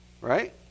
right